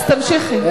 אז תמשיכי.